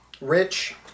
Rich